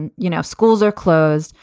and you know, schools are closed.